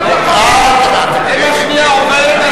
אם השנייה עוברת אז,